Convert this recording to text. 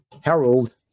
Harold